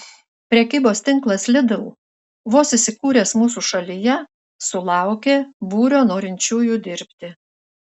prekybos tinklas lidl vos įsikūręs mūsų šalyje sulaukė būrio norinčiųjų dirbti